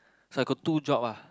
so I got two job ah